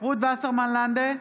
רות וסרמן לנדה,